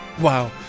Wow